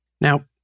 Now